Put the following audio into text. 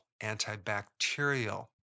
antibacterial